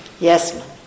Yes